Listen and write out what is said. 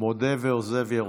מודה ועוזב ירוחם.